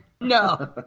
No